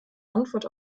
antwort